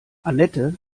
anette